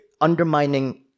undermining